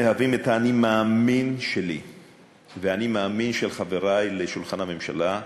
מהווים את ה"אני מאמין" שלי וה"אני מאמין" של חברי לשולחן הממשלה,